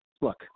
look